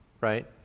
right